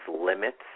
limits